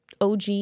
OG